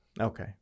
Okay